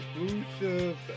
exclusive